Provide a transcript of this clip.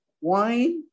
wine